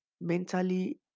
mentally